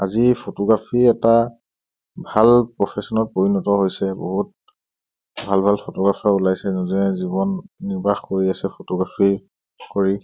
আজি ফটোগ্ৰাফী এটা ভাল প্ৰফেশ্যনেলত পৰিণত হৈছে বহুত ভাল ভাল ফটোগ্ৰাফাৰ ওলাইছে যোনে জীৱন নিৰ্বাহ কৰি আছে ফটোগ্ৰাফী কৰি